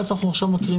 ראשית,